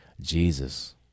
Jesus